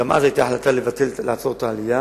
גם אז היתה החלטה לעצור את העלייה.